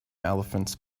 elephants